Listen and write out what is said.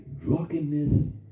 drunkenness